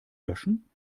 löschen